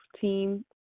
team